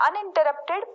uninterrupted